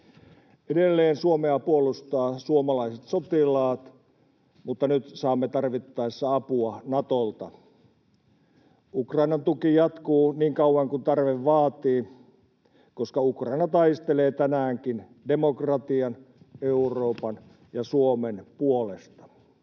Edelleen Suomea puolustaa suomalaiset sotilaat, mutta nyt saamme tarvittaessa apua Natolta. Ukrainan tuki jatkuu niin kauan kuin tarve vaatii, koska Ukraina taistelee tänäänkin demokratian, Euroopan ja Suomen puolesta.